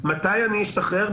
מתי אשתחרר,